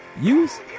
Use